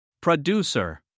Producer